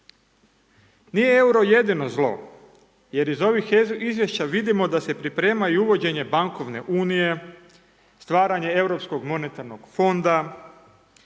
Nije EUR-o jedino zlo, jer iz ovih Izvješća vidimo da se priprema i uvođenje bankovne unije, stvaranje europskog monetarnog fonda,